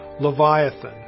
Leviathan